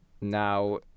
now